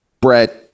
Brett